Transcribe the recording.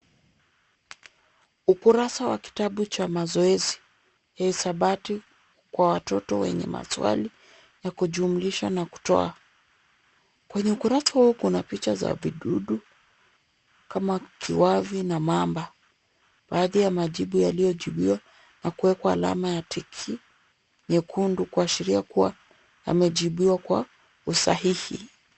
Ukurasa wa kitabu cha mazoezi hesabati kwa watoto wenye maswali ya kujumulisha na kutoa, kwenye ukurasa huo kuna picha za vitu vidudu, kama kiwavi na maamba, baadhi ya majibu yaliyojibiwa na kuwekwa alama ya tiki nyekundi kwa sheria kuwa yamejibiwa kwa usahihi.